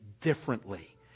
differently